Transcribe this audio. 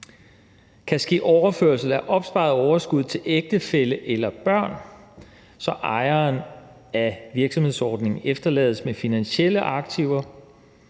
kan ske overførsel af opsparet overskud til ægtefælle eller børn, så ejeren af virksomhedsordningen efterlades med finansielle aktiver,